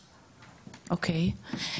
אוקי,